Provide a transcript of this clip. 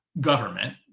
government